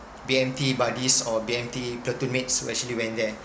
B_M_T buddies or B_M_T platoon mates who actually went there